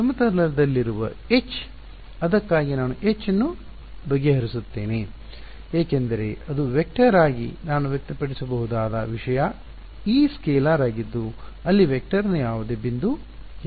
ಸಮತಲದಲ್ಲಿರುವ H ಅದಕ್ಕಾಗಿ ನಾನು H ನ್ನು ಬಗೆಹರಿಸುತ್ತೇನೆ ಏಕೆಂದರೆ ಅದು ವೆಕ್ಟರ್ ಆಗಿ ನಾನು ವ್ಯಕ್ತಪಡಿಸಬಹುದಾದ ವಿಷಯ E ಸ್ಕೇಲಾರ್ ಆಗಿದ್ದು ಅಲ್ಲಿ ವೆಕ್ಟರ್ನ ಯಾವುದೇ ಬಿಂದು ಇಲ್ಲ